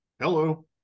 hello